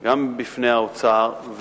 גם בפני האוצר,